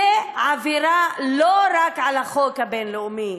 זאת עבירה לא רק על החוק הבין-לאומי.